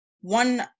One